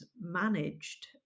managed